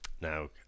Now